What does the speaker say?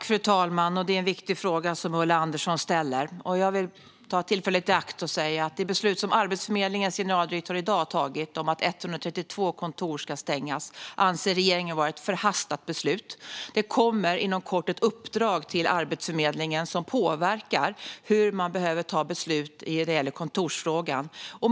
Fru talman! Det är en viktig fråga som Ulla Andersson ställer. Jag vill ta tillfället i akt och säga att regeringen anser att det beslut som Arbetsförmedlingens generaldirektör i dag har tagit om att 132 kontor ska stängas är ett förhastat beslut. Det kommer inom kort ett uppdrag till Arbetsförmedlingen som påverkar hur man behöver ta beslut när det gäller kontorsfrågan.